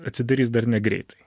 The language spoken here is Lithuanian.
atsidarys dar negreitai